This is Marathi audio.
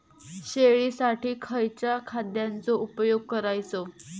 शेळीसाठी खयच्या खाद्यांचो उपयोग करायचो?